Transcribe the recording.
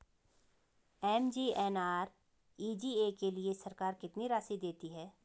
MGNREGA के लिए सरकार कितनी राशि देती है?